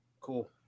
Cool